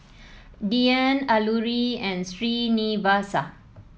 Dhyan Alluri and Srinivasa